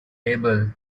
able